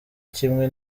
kimwe